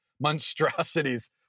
monstrosities